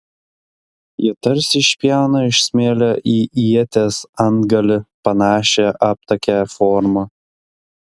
jie tarsi išpjauna iš smėlio į ieties antgalį panašią aptakią formą